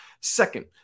Second